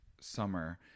summer